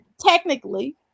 technically